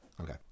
okay